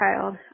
child